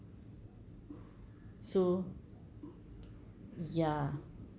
so ya